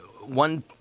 one